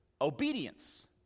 Obedience